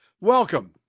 Welcome